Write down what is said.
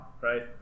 right